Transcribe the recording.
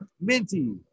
Minty